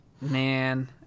Man